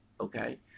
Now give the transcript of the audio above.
Okay